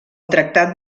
tractat